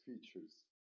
features